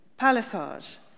Palisage